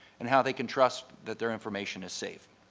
and how they can trust that their information is safe.